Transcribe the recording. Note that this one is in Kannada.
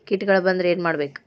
ಕೇಟಗಳ ಬಂದ್ರ ಏನ್ ಮಾಡ್ಬೇಕ್?